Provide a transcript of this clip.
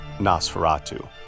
Nosferatu